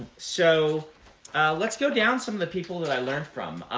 so let's go down some of the people that i learned from.